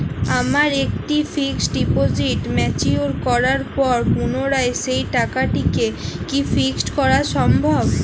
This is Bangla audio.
আমার একটি ফিক্সড ডিপোজিট ম্যাচিওর করার পর পুনরায় সেই টাকাটিকে কি ফিক্সড করা সম্ভব?